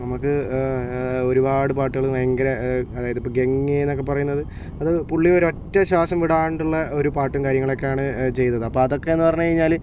നമ്മൾക്ക് ഒരുപാട് പാട്ടുകള് ഭയങ്കര അതായത് ഇപ്പോൾ ഗംഗേ എന്നൊക്കെ പറയുന്നത് അത് പുള്ളി ഒരൊറ്റ ശ്വാസം വിടാണ്ടുള്ള ഒരു പാട്ടും കാര്യങ്ങളൊക്കെയാണ് ചെയ്യുന്നത് അപ്പോൾ അതൊക്കെ എന്ന് പറഞ്ഞു കഴിഞ്ഞാല്